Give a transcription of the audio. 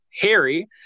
Harry